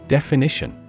Definition